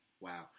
Wow